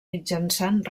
mitjançant